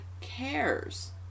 cares